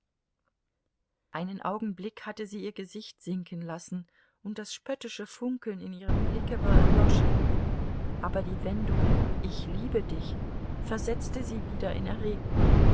einen augenblick hatte sie ihr gesicht sinken lassen und das spöttische funkeln in ihrem blicke war erloschen aber die wendung ich liebe dich versetzte sie wieder in erregung